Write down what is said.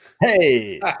Hey